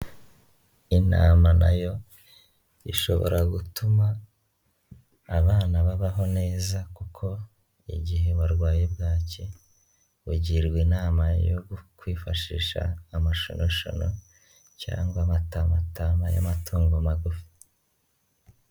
Intama nayo ishobora gutuma abana babaho neza kuko igihe warwaye bwaki ugirwa inama yo kwifashisha amashunushunu cyangwa amatamatama y'amatungo magufi.